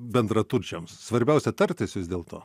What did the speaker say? bendraturčiams svarbiausia tartis vis dėlto